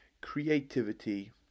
creativity